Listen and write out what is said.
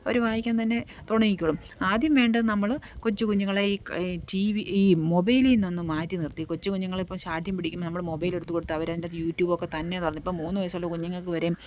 അവര് വായിക്കാൻ തന്നെ തുടങ്ങിക്കോളും ആദ്യം വേണ്ടത് നമ്മള് കൊച്ചുകുഞ്ഞുങ്ങളെ ഈ ടി വി ഈ മൊബൈലില് നിന്നൊന്ന് മാറ്റി നിർത്തി കൊച്ചു കുഞ്ഞുങ്ങളിപ്പോള് ശാഠ്യം പിടിക്കുമ്പോള് നമ്മള് മൊബൈലെടുത്തു കൊടുത്തു അവരതിനകത്ത് യൂ ട്യൂബൊക്കെ തന്നെ തുറന്നിപ്പോള് മൂന്നു വയസ്സുള്ള കുഞ്ഞുങ്ങള്ക്ക് വരെയും